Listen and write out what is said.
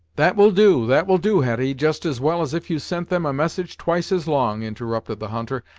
that will do that will do, hetty, just as well as if you sent them a message twice as long, interrupted the hunter.